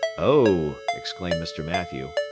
oh! exclaimed mr. mathew,